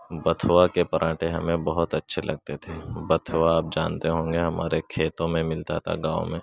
بتھوا کے پراٹھے ہمیں بہت اچھے لگتے تھے بتھوا آپ جانتے ہوں گے ہمارے کھیتوں میں ملتا تھا گاؤں میں